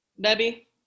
debbie